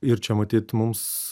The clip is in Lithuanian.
ir čia matyt mums